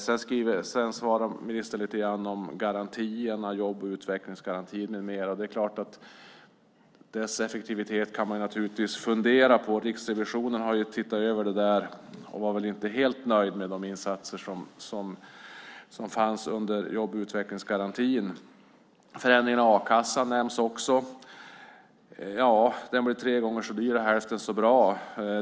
Sedan svarar ministern lite grann om jobb och utvecklingsgarantin med mera, och det är klart att dess effektivitet kan man naturligtvis fundera över. Riksrevisionen har sett över detta och var inte helt nöjd med de insatser som fanns under jobb och utvecklingsgarantin. Förändringen av a-kassan nämns också. Den blev tre gånger så dyr och hälften så bra.